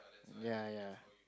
yea yea